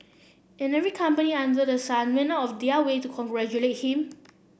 and every company under the sun went out of their way to congratulate him